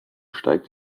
steigt